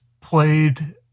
played